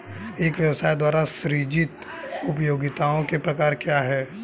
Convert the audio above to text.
एक व्यवसाय द्वारा सृजित उपयोगिताओं के प्रकार क्या हैं?